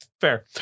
Fair